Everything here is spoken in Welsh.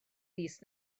fis